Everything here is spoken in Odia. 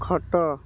ଖଟ